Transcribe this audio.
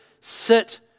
sit